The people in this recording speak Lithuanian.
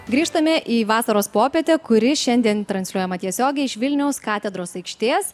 grįžtame į vasaros popietę kuri šiandien transliuojama tiesiogiai iš vilniaus katedros aikštės